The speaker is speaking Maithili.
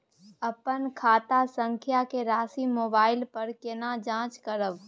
अपन खाता संख्या के राशि मोबाइल पर केना जाँच करब?